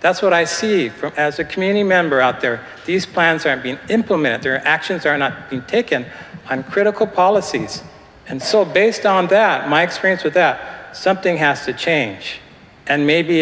that's what i see from as a community member out there these plans aren't being implemented their actions are not taken on critical policies and so based on that my experience with that something has to change and maybe